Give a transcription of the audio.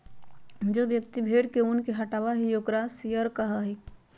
जो व्यक्ति भेड़ के ऊन के हटावा हई ओकरा शियरर कहा हई